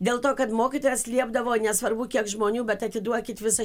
dėl to kad mokytojas liepdavo nesvarbu kiek žmonių bet atiduokit visą širdį